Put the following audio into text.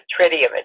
tritium